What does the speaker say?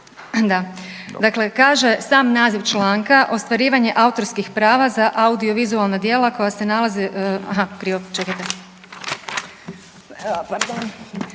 Da. Dakle, kaže sam naziv članka ostvarivanje autorskih prava za audiovizualna djela koja se nalaze, krivo čekajte. Dakle,